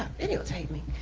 videotape me?